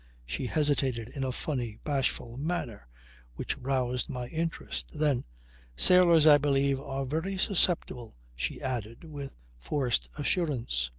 she hesitated in a funny, bashful manner which roused my interest. then sailors i believe are very susceptible, she added with forced assurance.